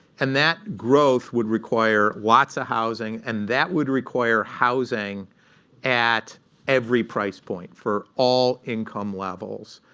and that growth would require lots of housing. and that would require housing at every price point for all income levels.